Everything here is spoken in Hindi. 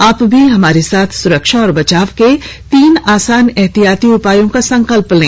आप भी हमारे साथ सुरक्षा और बचाव के तीन आसान एहतियाती उपायों का संकल्प लें